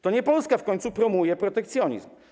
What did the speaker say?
To nie Polska w końcu promuje protekcjonizm.